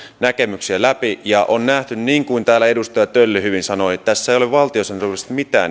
näkemyksiä läpi ja on nähty niin kuin täällä edustaja tölli hyvin sanoi että tässä asiassa ei ole valtiosäännöllisesti mitään